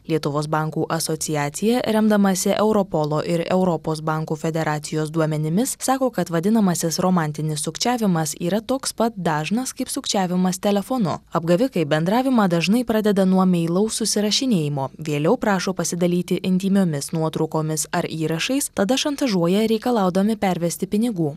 lietuvos bankų asociacija remdamasi europolo ir europos bankų federacijos duomenimis sako kad vadinamasis romantinis sukčiavimas yra toks pat dažnas kaip sukčiavimas telefonu apgavikai bendravimą dažnai pradeda nuo meilaus susirašinėjimo vėliau prašo pasidalyti intymiomis nuotraukomis ar įrašais tada šantažuoja reikalaudami pervesti pinigų